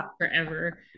forever